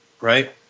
right